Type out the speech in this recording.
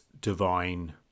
divine